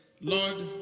Lord